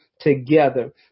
together